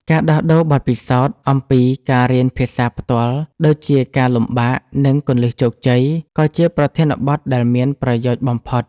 ការដោះដូរបទពិសោធន៍អំពីការរៀនភាសាផ្ទាល់ ដូចជាការលំបាក និងគន្លឹះជោគជ័យ ក៏ជាប្រធានបទដែលមានប្រយោជន៍បំផុត។